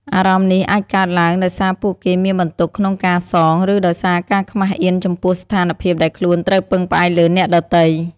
អារម្មណ៍នេះអាចកើតឡើងដោយសារពួកគេមានបន្ទុកក្នុងការសង ឬដោយសារការខ្មាសអៀនចំពោះស្ថានភាពដែលខ្លួនត្រូវពឹងផ្អែកលើអ្នកដទៃ។